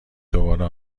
دوباره